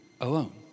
alone